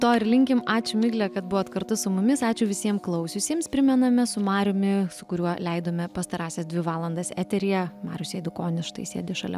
to ir linkim ačiū migle kad buvot kartu su mumis ačiū visiem klausiusiems primename su mariumi su kuriuo leidome pastarąsias dvi valandas eteryje marius eidukonis štai sėdi šalia